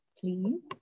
please